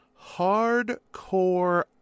hardcore